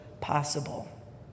possible